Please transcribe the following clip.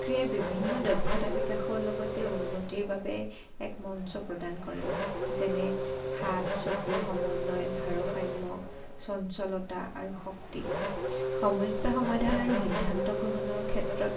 ক্ৰীড়াই বিভিন্ন দক্ষতা বিকাশৰ লগতে উন্নতিৰ বাবে এক মঞ্চ প্ৰদান কৰে যেনে হাত চকুৰ সমন্নয় ভাৰসম্য চঞ্চলতা আৰু শক্তি সমস্যা সমাধান আৰু সিদ্ধান্ত গ্ৰহণৰ ক্ষেত্ৰত